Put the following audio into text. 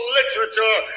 literature